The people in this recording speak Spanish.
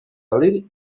abrir